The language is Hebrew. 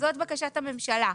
זאת בקשת הממשלה.